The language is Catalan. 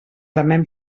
també